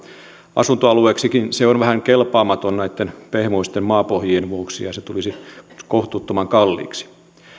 asuntoalueeksikin se on vähän kelpaamaton näitten pehmoisten maapohjien vuoksi ja se tulisi myös kohtuuttoman kalliiksi